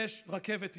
יש רכבת ישראל,